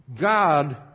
God